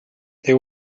they